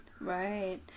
Right